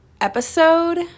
episode